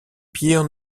pierre